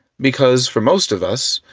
because for most of us,